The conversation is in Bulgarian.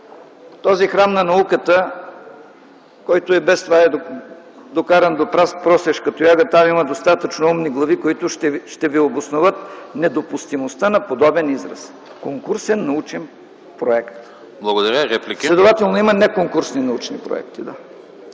този храм на науката, който и без това е докаран до просешка тояга, там има достатъчно умни глави, които ще ви обосноват недопустимостта на подобен израз. „Конкурсен научен проект”, следователно има неконкурсни научни проекти!